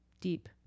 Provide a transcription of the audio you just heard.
Deep